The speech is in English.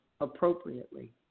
appropriately